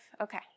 Okay